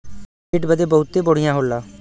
पेट बदे बहुते बढ़िया होला